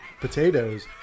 potatoes